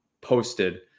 posted